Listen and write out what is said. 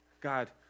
God